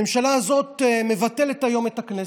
הממשלה הזאת מבטלת היום את הכנסת.